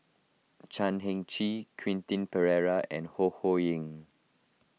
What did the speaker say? Chan Heng Chee Quentin Pereira and Ho Ho Ying